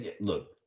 Look